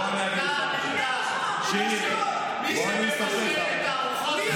אתה אנין טעם, מי שמבשל את הארוחות.